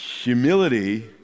humility